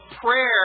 prayer